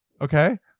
Okay